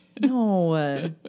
No